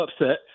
upset